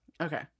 okay